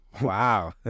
Wow